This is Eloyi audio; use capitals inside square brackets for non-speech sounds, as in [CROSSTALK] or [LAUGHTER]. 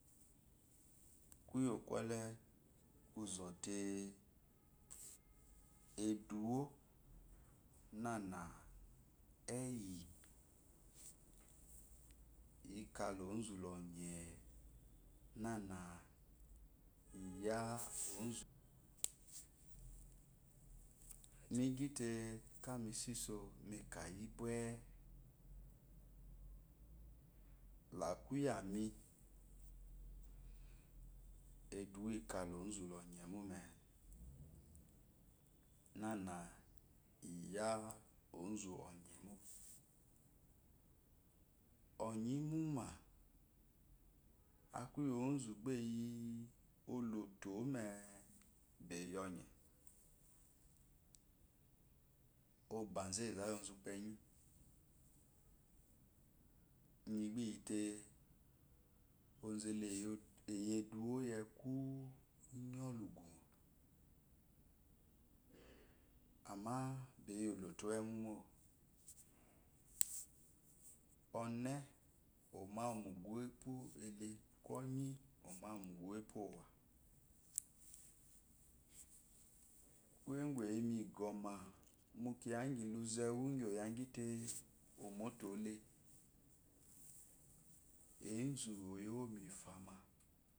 Kyo kwo lu ku zote eduwu nana eyi ika la ozu oye nama iya [NOISE] ozu migi kala mi so iso meka yibe la ku yami eduwo ika lo ru oye mo meé nana iya ola. oye mo ɔye imuma aku iyi. ozu ba eyi olato meé eyi oye. obázu eza iyi ozupenyi inyi ba iyite izele eyi eduwa iyi zku iyolo ugumo amma eyi olo uwu ewu mo ɔne ɔmawa muqu uwu epu ele kwoyi omawu mugu úwei epu ɔwá kuye. ugu eyi mu iqma kuye ugu eyi ma iqɔma kuye uqu eyi my iqɔma mu kiya inqyi luzewu ingyi ɔyagyi te omato le ezu ɔyewo mu ifamá.